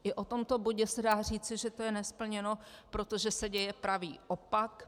I o tomto bodě se dá říci, že to je nesplněno, protože se děje pravý opak.